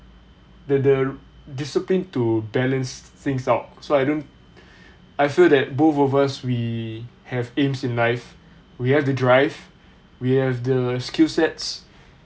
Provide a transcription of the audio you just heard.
the the discipline to balance things out so I don't I feel that both of us we have aims in life we have the drive we have the skill sets